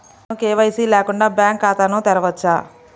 నేను కే.వై.సి లేకుండా బ్యాంక్ ఖాతాను తెరవవచ్చా?